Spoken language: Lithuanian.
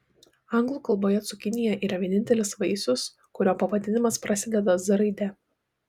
anglų kalboje cukinija yra vienintelis vaisius kurio pavadinimas prasideda z raide